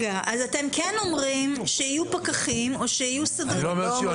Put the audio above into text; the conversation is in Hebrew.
אז אתם כן אומרים שיהיו פקחים או שיהיו סדרנים --- אני לא אומר שיהיו.